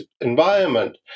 environment